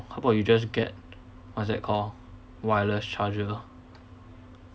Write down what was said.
how bout you just get what's that called wireless charger